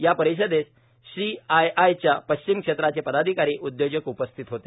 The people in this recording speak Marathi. या परिषदेस सीआय आयच्या पश्चिम क्षेत्राचे पदाधिकारीए उदयोजक उपस्थित होते